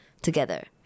together